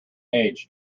age